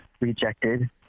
rejected